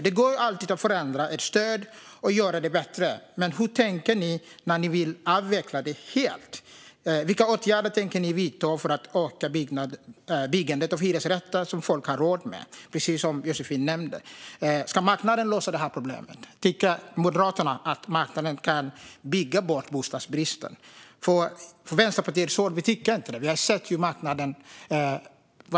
Det går alltid att förändra ett stöd och göra det bättre. Men hur tänker ni när ni vill avveckla det helt? Vilka åtgärder tänker ni vidta för att öka byggandet av hyresrätter som folk har råd med, som Josefin nämnde? Ska marknaden lösa problemet? Tycker Moderaterna att marknaden kan bygga bort bostadsbristen? Från Vänsterpartiets håll tycker vi inte det.